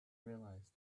realize